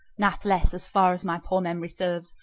nathless, as far as my poor memory serves,